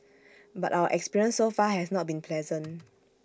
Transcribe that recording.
but our experience so far has not been pleasant